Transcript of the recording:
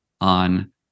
on